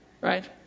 Right